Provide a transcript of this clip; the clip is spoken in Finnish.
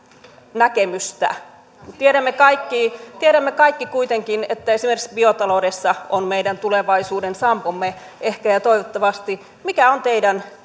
näkemystä tiedämme kaikki tiedämme kaikki kuitenkin että esimerkiksi biotaloudessa on meidän tulevaisuuden sampomme ehkä ja toivottavasti mikä on teidän näkemyksenne